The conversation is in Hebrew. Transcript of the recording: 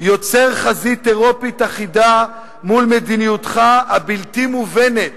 יוצר חזית אירופית אחידה מול מדיניותך הבלתי-מובנת